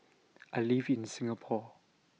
I live in Singapore